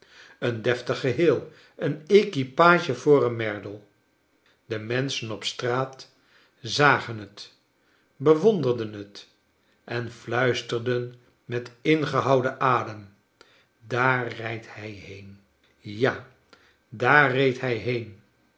een deftig geheel een equipage voor een merdle de menschen op straat zagen het bewonderden het en fluisterden met ingehouden adem daar rijdt hij heen ja daar reed hij heen